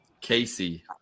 Casey